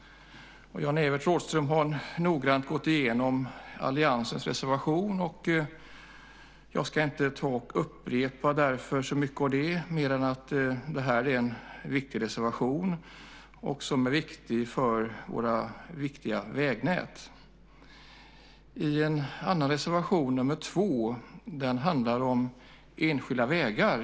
Jan-Evert Rådhström har noggrant gått igenom alliansens reservation. Jag ska därför inte upprepa så mycket av detta, mer än att säga att detta är en viktig reservation för våra vägnät. En annan reservation, nr 2, handlar om enskilda vägar.